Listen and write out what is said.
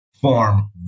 form